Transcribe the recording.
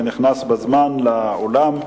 שנכנס בזמן לאולם: